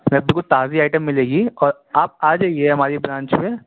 سر بالکل تازی آئٹم ملے گی اور آپ آ جائیے ہماری برانچ میں